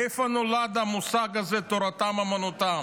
מאיפה נולד המושג הזה תורתם אומנותם?